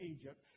Egypt